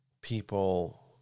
People